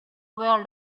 where